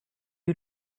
you